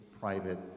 private